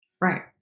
Right